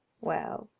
well,